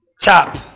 Tap